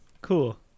Cool